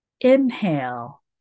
Inhale